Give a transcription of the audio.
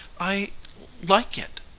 i like it,